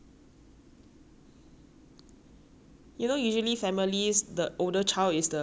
you know usually families the older child is the more successful one the younger one is the scrub kid right for you is tombalek lah